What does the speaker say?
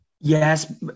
yes